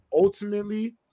ultimately